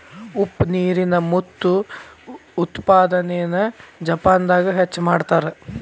ಉಪ್ಪ ನೇರಿನ ಮುತ್ತು ಉತ್ಪಾದನೆನ ಜಪಾನದಾಗ ಹೆಚ್ಚ ಮಾಡತಾರ